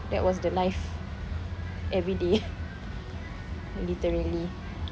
that was the life every day literally